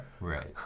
Right